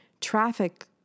traffic